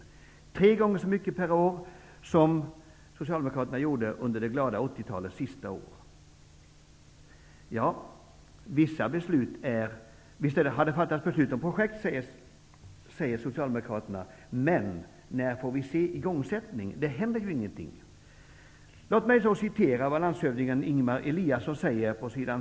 Man satsar tre gånger mer per år än vad Socialdemokraterna gjorde under slutet av det glada 80-talet. Socialdemokraterna säger: Visst har beslut fattats om projekt, men när får vi se en igångsättning? Det händer ju ingenting! Låt mig citera vad landshövding Ingemar Eliasson säger på sid.